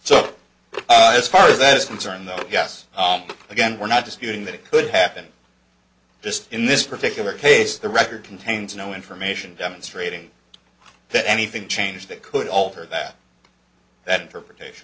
so as far as that is concerned though yes again we're not disputing that it could happen just in this particular case the record contains no information demonstrating that anything changed that could alter that that interpretation